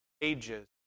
ages